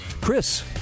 Chris